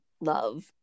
love